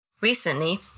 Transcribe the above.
Recently